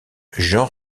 jean